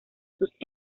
sus